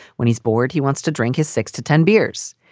when he's bored, he wants to drink his six to ten beers.